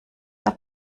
der